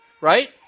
right